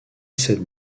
cette